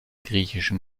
griechischen